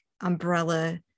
umbrella